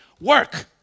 work